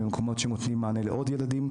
למקומות שנותנים מענה לעוד ילדים,